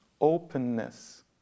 openness